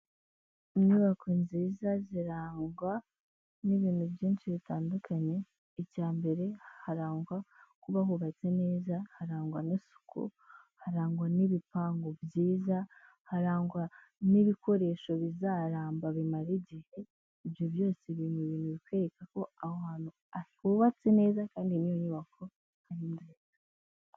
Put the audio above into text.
Inyubako nziza zirangwa n'ibintu byinshi bitandukanye, icya mbere, harangwa kuba hubatse neza, harangwa n'isuku, harangwa n'ibipangu byiza, harangwa n'ibikoresho bizaramba bimara igihe, ibyo byose biri mu bintu bikwereka ko ahantu hubatse neza kandi niyo nyubako ari inziza.